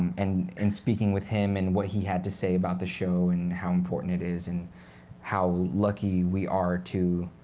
and and speaking with him and what he had to say about the show, and how important it is, and how lucky we are to